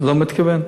לא מתכוון.